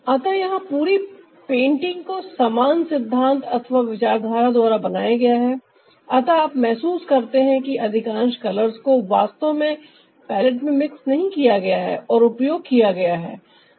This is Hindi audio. अतः यहां पूरी पेंटिंग को समान सिद्धांत अथवा विचारधारा द्वारा बनाया गया है अतः आप महसूस करते हैं कि अधिकांश कलर्स को वास्तव में पलेट में मिक्स नहीं किया गया है और उपयोग किया गया है